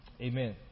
amen